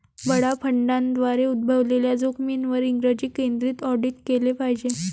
बडा फंडांद्वारे उद्भवलेल्या जोखमींवर इंग्रजी केंद्रित ऑडिट केले पाहिजे